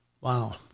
Wow